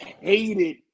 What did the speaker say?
...hated